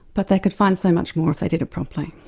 but they could find so much more if they did it properly.